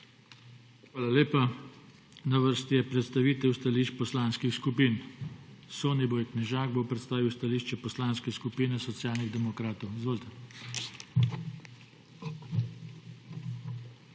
Hvala lepa. Na vrsti je predstavitev stališč poslanskih skupin. Soniboj Knežak bo predstavil stališče Poslanske skupine Socialnih demokratov. Izvolite.